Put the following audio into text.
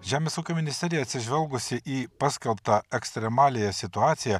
žemės ūkio ministerija atsižvelgusi į paskelbtą ekstremaliąją situaciją